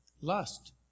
Lust